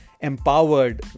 empowered